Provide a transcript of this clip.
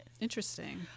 interesting